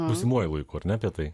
būsimuoju laiku ar ne apie tai